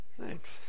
Thanks